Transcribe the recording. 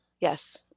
Yes